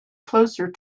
closer